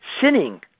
sinning